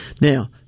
Now